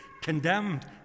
condemned